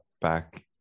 back